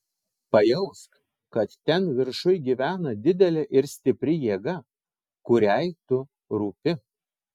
pajausk kad ten viršuj gyvena didelė ir stipri jėga kuriai tu rūpi